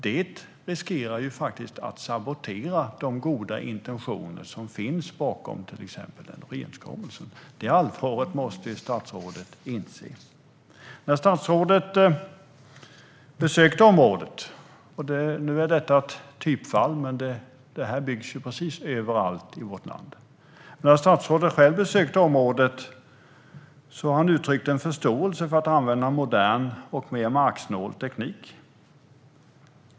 Det riskerar ju faktiskt att sabotera de goda intentioner som finns bakom till exempel energiöverenskommelsen. Allvaret i detta måste statsrådet inse. Nu är detta ett typfall, men det här byggs ju precis överallt i vårt land. När statsrådet själv besökt området har han uttryckt en förståelse för användning av modern och marksnål teknik.